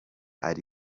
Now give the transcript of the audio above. ari